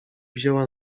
wzięła